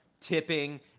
tipping